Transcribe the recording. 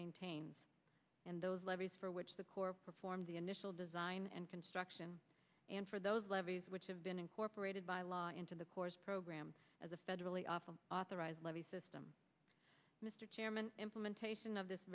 maintain and those levees for which the corps performed the initial design and construction and for those levees which have been incorporated by law into the corps program as a federally often authorized levee system mr chairman implementation of this